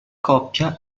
coppia